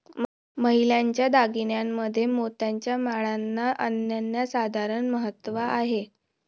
महिलांच्या दागिन्यांमध्ये मोत्याच्या माळांना अनन्यसाधारण महत्त्व आहे